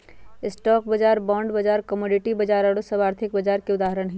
stock बाजार, bond बाजार, commodity बाजार आउर सभ आर्थिक बाजार के उदाहरण हइ